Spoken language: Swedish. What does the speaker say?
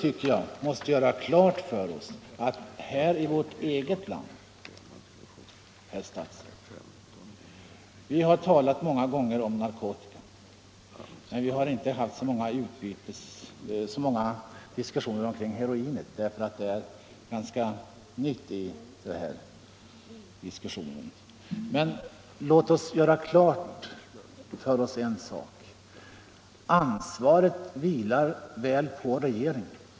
Vi har, herr statsråd, många gånger talat om narkotika, men vi har inte haft så många diskussioner om heroinet därför att det är ett ganska nytt inslag. Men en sak är klar: ansvaret vilar på regeringen.